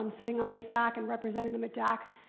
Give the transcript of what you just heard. sitting on their sac and representing them at dac,